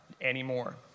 anymore